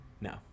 No